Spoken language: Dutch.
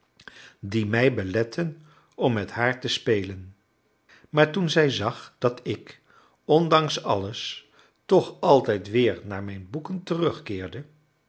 die mij beletten om met haar te spelen maar toen zij zag dat ik ondanks alles toch altijd weer naar mijn boeken terugkeerde